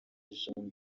jean